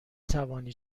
توانی